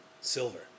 silver